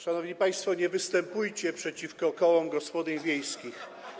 Szanowni państwo, nie występujcie przeciwko kołom gospodyń wiejskich.